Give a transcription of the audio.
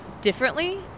differently